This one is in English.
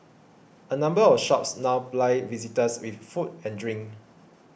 a number of shops now ply visitors with food and drink